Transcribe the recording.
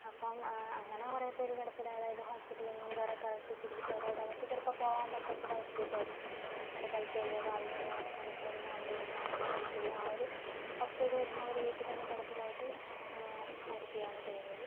അപ്പം അങ്ങനെ കുറെ പേർ കിടപ്പിലായത് അതായത് ഹോസ്പിറ്റലൊന്നും കറ കറക്റ്റ് ചികിത്സ അതായത് അവർക്ക് ചിലപ്പോൾ പോകാൻ പറ്റാത്ത ഒരു അവസ്ഥയൊക്കയായിരിക്കും ഇപ്പം കൈക്ക് വയ്യ കാലിന് വയ്യ നടക്കാൻ പറ്റില്ല പിന്നെ വണ്ടി വിളിക്കാനൊന്നും പൈസയില്ല ആ ഒരു അവസ്ഥയൊക്കെ വരുമ്പോൾ അവർ വീട്ടിൽ തന്നെ കിടപ്പിലായിട്ട് മരിക്കുകയാണ് ചെയ്യുന്നത്